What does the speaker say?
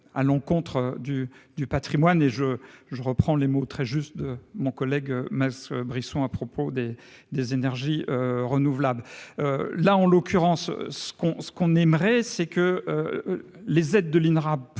à l'encontre du du Patrimoine et je je reprends les mots très justes de mon collègue Max Brisson à propos des des énergies renouvelables, là en l'occurrence ce qu'on ce qu'on aimerait, c'est que les aides de l'Inrap